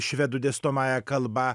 švedų dėstomąja kalba